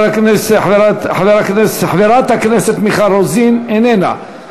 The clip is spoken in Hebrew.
חברת הכנסת מיכל רוזין, איננה.